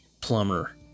plumber